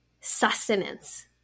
sustenance